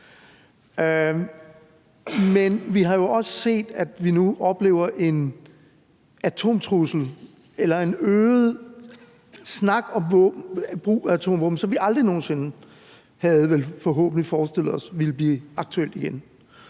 Men vi har jo også set, at vi nu oplever en atomtrussel eller en øget snak om brug af atomvåben, som vi vel aldrig nogen sinde havde forestillet os ville blive aktuel igen,